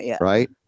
right